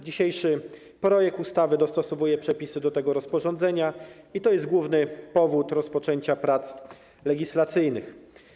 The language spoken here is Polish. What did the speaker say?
Dzisiejszy projekt ustawy dostosowuje przepisy do tego rozporządzenia i to jest głównym powodem rozpoczęcia prac legislacyjnych.